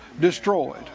destroyed